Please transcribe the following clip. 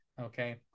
Okay